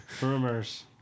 Rumors